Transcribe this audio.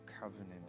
covenant